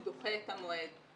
הוא דוחה את המועד.